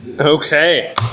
Okay